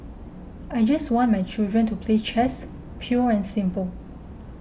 I just want my children to play chess pure and simple